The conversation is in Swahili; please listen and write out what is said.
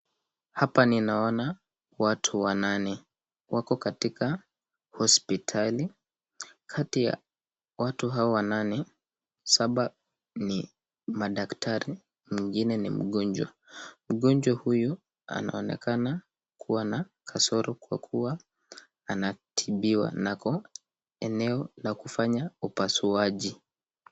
Hapa ninaona watu wanane wako katika hospitali, kati ya watu hawa wanane, saba ni madaktari mwingine ni mgonjwa. Mgonjwa huyu anaonekana kua na kasoro kwa kuwa anatibiwa na ako eneo la kufanya upasuaji.